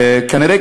כנראה,